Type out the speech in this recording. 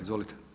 Izvolite.